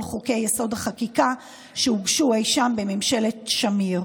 חוקי-יסוד: החקיקה שהוגשו אי-שם בממשלת שמיר.